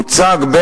הוצגו,